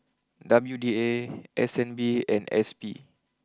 W D A S N B and S P